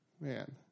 Man